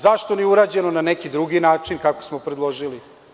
Zašto nije urađeno na neki drugi način, kako smo predložili?